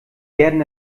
werden